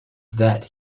that